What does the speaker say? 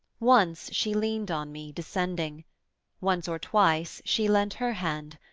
once she leaned on me, descending once or twice she lent her hand,